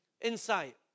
insight